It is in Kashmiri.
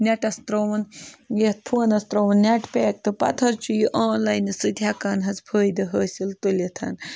نٮ۪ٹَس ترٛووُن یَتھ فونَس ترٛووُن نٮ۪ٹ پیک تہٕ پَتہٕ حظ چھُ یہِ آنلاینہٕ سۭتۍ ہٮ۪کان حظ فٲیدٕ حٲصِل تُلِتھ